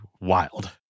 wild